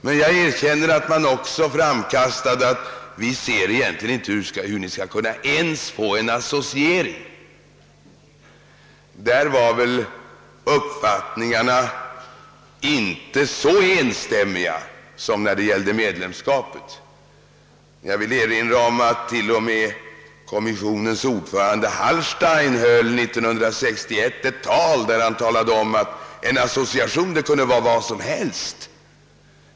Men jag erkänner att man också framkastade att man inte kunde se hur vi ens skulle kunna få en associering. Därvidlag var väl uppfattningarna inte så enstämmiga som när det gällde medlemskapet. Jag vill erinra om att t.o.m. kommissionens ordförande Hallstein 1961 höll ett tal, där han sade att en association kunde vara vad som helst.